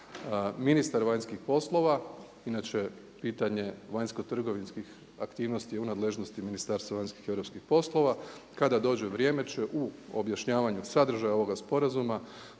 Ministar vanjskih poslova inače pitanje vanjsko-trgovinskih aktivnosti je u nadležnosti Ministarstva vanjskih i europskih poslova, kada dođe vrijeme će u objašnjavanju sadržaja ovoga sporazuma